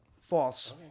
False